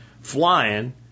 Flying